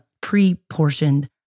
pre-portioned